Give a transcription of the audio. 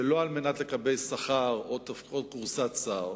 שלא על מנת לקבל שכר או כורסת שר